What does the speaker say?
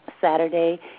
Saturday